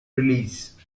release